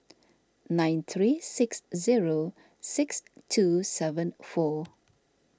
nine three six zero six two seven four